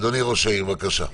אדוני ראש העיר, בבקשה.